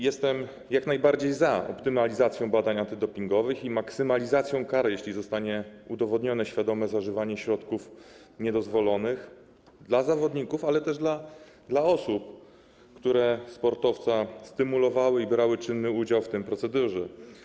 Jestem jak najbardziej za optymalizacją badań antydopingowych i maksymalizacją kary, jeśli zostanie udowodnione świadome zażywanie środków niedozwolonych - dla zawodników, ale też dla osób, które sportowca stymulowały i brały czynny udział w tym procederze.